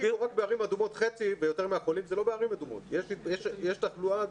עברתי על גם תחלואת